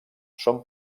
són